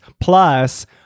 plus